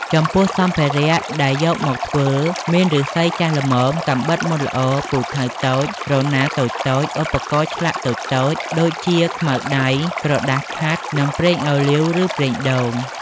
ចំពោះសម្ភារៈដែលយកមកធ្វើ មានឫស្សីចាស់ល្មម កាំបិតមុតល្អ ពូថៅតូច រណារតូចៗ ឧបករណ៍ឆ្លាក់តូចៗ ដូចជាខ្មៅដៃ ក្រដាសខាត់ និងប្រេងអូលីវ ឬប្រេងដូង។